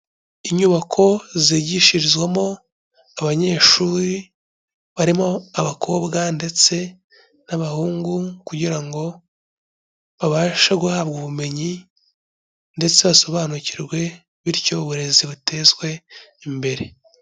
Inyubako zigishirizwamo abanyeshuri, barimo abakobwa ndetse n'abahungu kugira ngo babashe guhabwa ubumenyi ndetse basobanukirwe, bityo uburezi butezwe imbere.